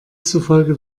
zufolge